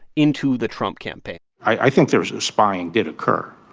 into the trump campaign i think there was spying did occur.